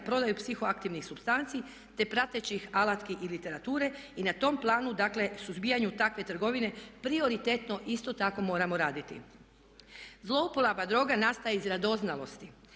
prodaju psihoaktivnih supstanci te pratećih alatki i literature i na tom planu, dakle suzbijanju takve trgovine prioritetno isto tako moramo raditi. Zlouporaba droga nastaje iz radoznalosti,